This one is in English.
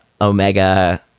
Omega